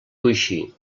coixí